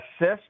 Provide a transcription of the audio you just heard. assist